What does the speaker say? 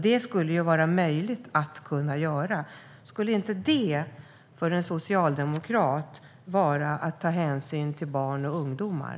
Det skulle vara möjligt att göra. Skulle inte det för en socialdemokrat vara att ta hänsyn till barn och ungdomar?